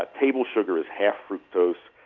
ah table sugar is half fructose.